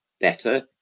better